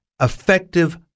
effective